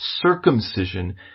circumcision